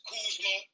Kuzma